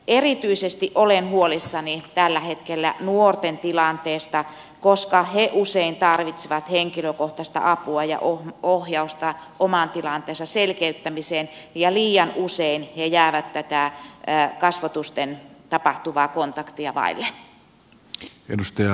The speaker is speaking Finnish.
erityisesti olen huolissani tällä hetkellä nuorten tilanteesta koska he usein tarvitsevat henkilökohtaista apua ja ohjausta oman tilanteensa selkeyttämiseen ja liian usein he jäävät tätä kasvotusten tapahtuvaa kontaktia vaille